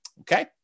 Okay